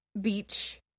beach